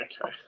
okay